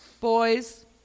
boys